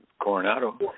Coronado